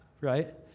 Right